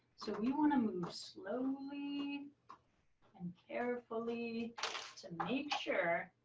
so we want to move slowly and carefully to make sure